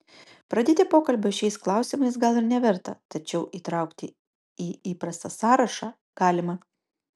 pradėti pokalbio šiais klausimais gal ir neverta tačiau įtraukti į įprastą sąrašą galima